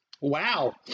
Wow